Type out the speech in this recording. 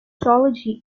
sociology